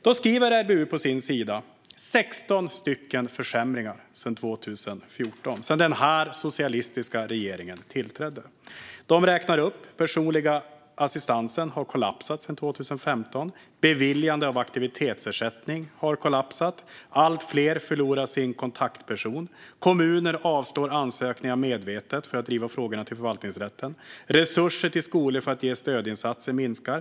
RBU skriver på sin sida om 16 försämringar som skett sedan 2015 under den här socialistiska regeringens tid. De räknar upp: Den personliga assistansen har kollapsat sedan 2015. Beviljandet av aktivitetsersättning har kollapsat. Allt fler förlorar sin kontaktperson. Kommuner avslår ansökningar medvetet för att driva frågorna till förvaltningsrätten. Resurserna till skolor för att ge stödinsatser minskar.